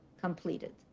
completed